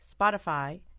Spotify